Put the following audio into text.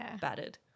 battered